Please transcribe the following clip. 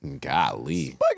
Golly